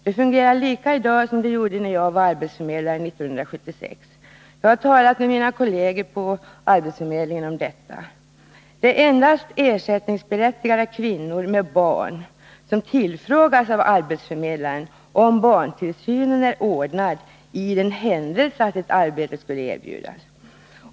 Det fungerar i dag på samma sätt som det gjorde när jag var arbetsförmedlare 1976. Jag har talat med mina kolleger på arbetsförmedlingen om detta. Det är endast ersättningsberättigade kvinnor med barn som tillfrågas av arbetsförmedlaren om barntillsynen är ordnad för den händelse ett arbete skulle erbjudas.